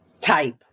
type